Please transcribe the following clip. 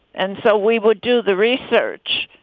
and so we would do the research,